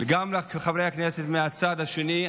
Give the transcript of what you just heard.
גם חברי הכנסת מהצד השני,